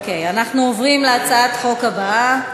אנחנו עוברים להצעת החוק הבאה: